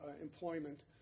employment